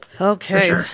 Okay